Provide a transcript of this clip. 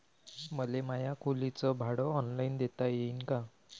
मले माया खोलीच भाड ऑनलाईन देता येईन का?